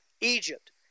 Egypt